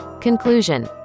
Conclusion